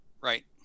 right